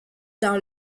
dans